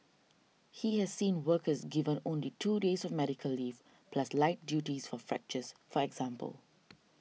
he has seen workers given only two days of medical leave plus light duties for fractures for example